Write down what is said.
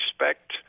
respect